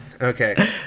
okay